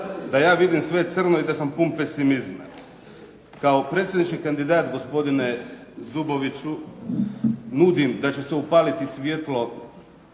Da ja vidim sve crno i da sam pun pesimizma, kao predsjednički kandidat gospodine Zuboviću nudim da će se upaliti svjetlo